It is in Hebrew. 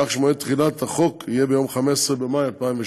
כך שמועד תחילת החוק יהיה יום 15 במאי 2017,